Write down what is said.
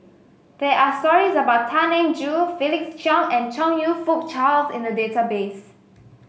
there are stories about Tan Eng Joo Felix Cheong and Chong You Fook Charles in the database